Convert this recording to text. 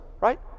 right